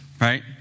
right